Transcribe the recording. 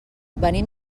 venim